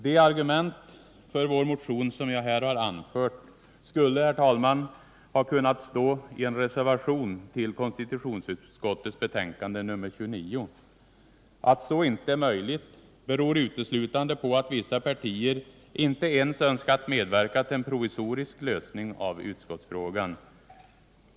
De argument för vår motion som jag här har anfört skulle, herr talman, ha kunnat stå i en reservation till konstitutionsutskottets betänkande nr 29. Att så inte är möjligt beror uteslutande på att vissa partier inte ens önskat medverka till en provisorisk lösning av utskottsfrågan.